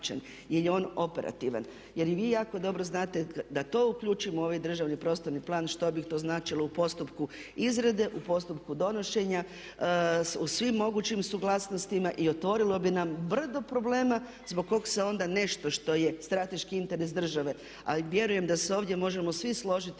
jer i vi jako dobro znate da to uključim u ovaj državni prostorni plan što bi to značilo u postupku izrade, u postupku donošenja, u svim mogućim suglasnostima i otvorilo bi nam brdo problema zbog kog se onda nešto što je strateški interes države, a vjerujem da se ovdje možemo svi složiti